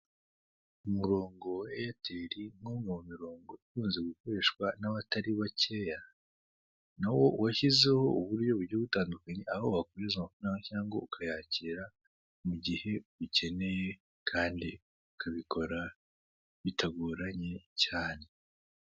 Umurongo wa Airtel ni umwe mu mirongo ikunze gukoreshwa n'abatari bakeya, na wo washyizeho uburyo bugiye butandukanye, aho wakohereza amafaranga cyangwa ukayakira mu gihe ubikeneye kandi ukabikora bitagoranye cyane.